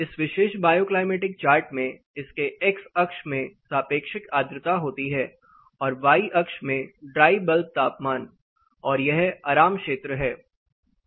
इस विशेष bioclimatic chart में इसके एक्स अक्ष में सापेक्षिक आर्द्रता होती है और वाई अक्ष में ड्राई बल्ब तापमान और यह आराम क्षेत्र है